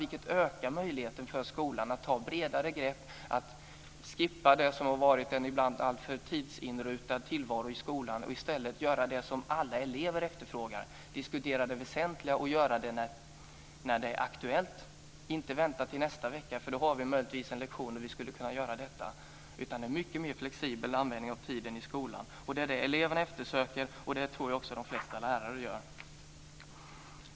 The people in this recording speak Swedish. Det ökar möjligheten för skolan att ta ett bredare grepp och skippa det som ibland varit en alltför tidsinrutad tillvaro i skolan, och i stället göra det som alla elever efterfrågar, nämligen diskutera det väsentliga och göra det när det är aktuellt, inte vänta till nästa vecka när man har en lektion då man möjligtvis skulle kunna göra det. Vi får en mycket mer flexibel användning av tiden i skolan. Det är det eleverna söker, och det tror jag också de flesta lärare gör.